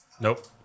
Nope